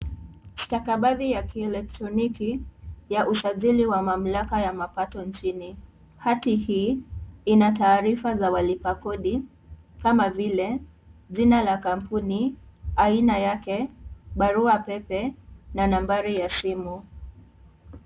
Stakabadhi ya kielektroniki ya usajili wa mamlaka wa mapato nchini. Hati hii, ina taarifa za walipa kodi, kama vile, jina la kampuni, aina yake, barua pepe na nambari ya simu.